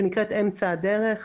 שנקראת אמצע הדרך,